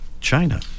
China